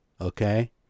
okay